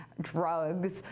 drugs